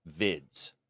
vids